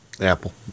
Apple